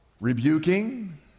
rebuking